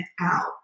out